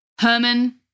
Herman